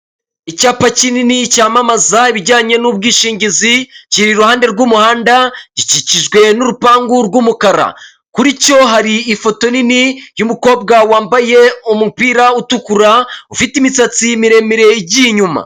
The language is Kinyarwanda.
Icyapa kinini cyamamaza ibijyanye n'bwishingizi kiri iruhande rwumuhanda gikikijwe nurupangu rwumukara kuri cyo hari ifoto nini yumukobwa wambaye umupira utukura ufite imisatsi miremire igiye inyuma.